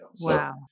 Wow